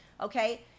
okay